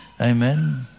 Amen